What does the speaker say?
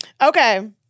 Okay